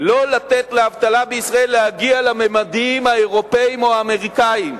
לא לתת לאבטלה בישראל להגיע לממדים האירופיים או האמריקניים.